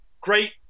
great